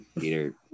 Peter